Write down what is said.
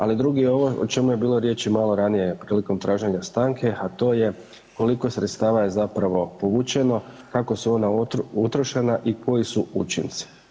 Ali drugi ovo o čemu je bilo riječi malo ranije prilikom traženja stanke, a to je koliko sredstava je zapravo povučeno, kako su ona utrošena i koji su učinci.